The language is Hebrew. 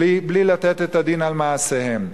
בלי לתת את הדין על מעשיהם.